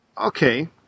Okay